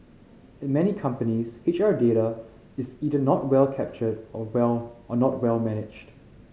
at many companies H R data is either not well captured or well or not well managed